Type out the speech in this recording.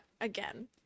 Again